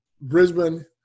Brisbane